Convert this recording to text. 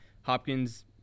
Hopkins